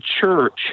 church